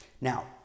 Now